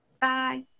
Bye